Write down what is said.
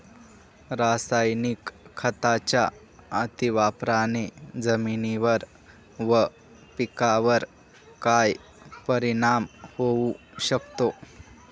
रासायनिक खतांच्या अतिवापराने जमिनीवर व पिकावर काय परिणाम होऊ शकतो?